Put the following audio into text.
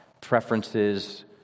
preferences